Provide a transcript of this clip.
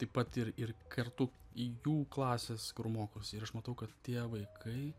taip pat ir ir kartu į jų klases kur mokosi ir aš matau kad tie vaikai